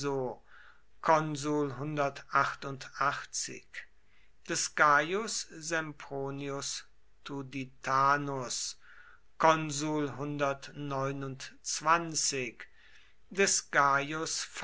des gaius sempronius tuditanus des gaius